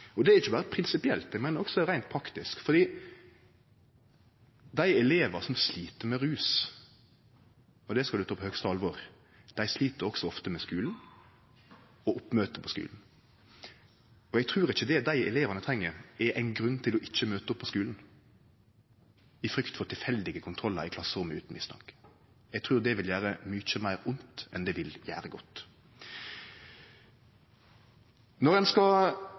det. Det er ikkje berre prinsipielt. Eg meiner også reint praktisk, for dei elevane som slit med rus, og det skal vi ta på høgste alvor, slit også ofte med skulen og med oppmøtet på skulen. Eg trur ikkje at det dei elevane treng, er ein grunn til ikkje å møte opp på skulen i frykt for tilfeldige kontrollar i klasserommet utan mistanke. Eg trur det vil gjere mykje meir vondt enn det vil gjere godt. Når ein skal